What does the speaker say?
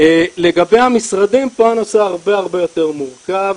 לגבי המשרדים, פה הנושא הרבה הרבה יותר מורכב.